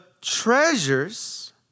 treasures